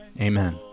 Amen